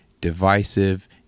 divisive